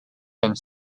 and